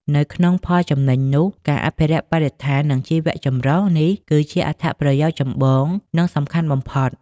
នៅក្នុងផលចំណេញនោះ ការអភិរក្សបរិស្ថាន និងជីវៈចម្រុះនេះគឺជាអត្ថប្រយោជន៍ចម្បង និងសំខាន់បំផុត។